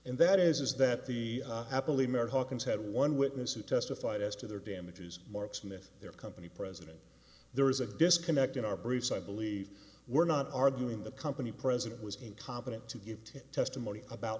and that is that the happily married hawkins had one witness who testified as to their damages mark smith their company president there is a disconnect in our briefs i believe we're not arguing the company president was incompetent to give testimony about